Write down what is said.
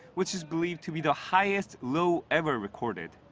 which is believed to be the highest low ever recorded.